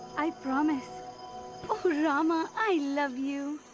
i promise! oh rama, i love you!